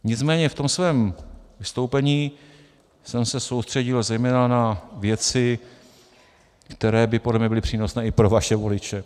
Nicméně v tom svém vystoupení jsem se soustředil zejména na věci, které by podle mě byly přínosné i pro vaše voliče.